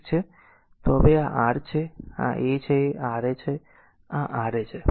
તો હવે આ r છે આ a છે આ r a છે આ છે અને આ R a છે